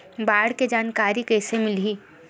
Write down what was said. बाढ़ के जानकारी कइसे मिलही?